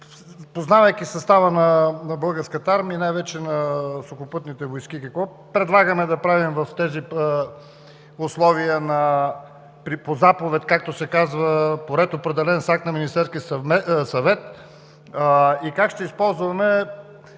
познавайки състава на Българската армия и най-вече на Сухопътните войски: какво предлагаме да правим в тези условия – по заповед, както се казва, по ред, определен с акт на Министерския съвет, и как ще използваме